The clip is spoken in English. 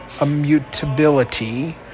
immutability